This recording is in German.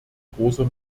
großer